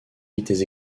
vitesse